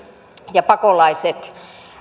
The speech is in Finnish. ja pakolaiset